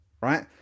right